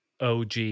OG